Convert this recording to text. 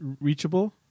reachable